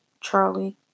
Charlie